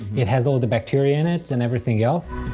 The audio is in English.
it has all the bacteria and it and everything else.